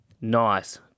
Nice